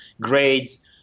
grades